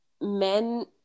men